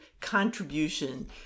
contribution